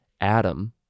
Adam